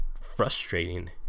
frustrating